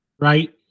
right